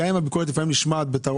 גם אם היא נשמעת בתרעומת,